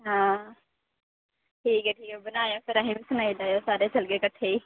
हां ठीक ऐ ठीक ऐ बनायो फिर असें बी सनाई लैयो सारे चलगे कट्ठे ही